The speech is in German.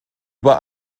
über